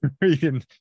reading